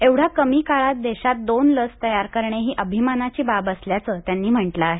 एवढ्या कमी काळात देशात दोन लस तयार करणं ही अभिमानाची बाब असल्याचं त्यांनी म्हटलं आहे